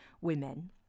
women